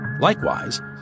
Likewise